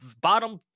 bottom